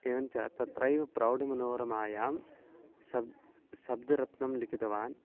एवञ्च तत्रैव प्रौढमनोरमायां शब्दः शब्दरत्नं लिखितवान्